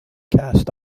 cast